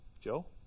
Joe